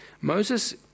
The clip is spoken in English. Moses